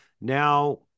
Now